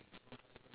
ya correct